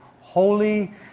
holy